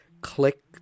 click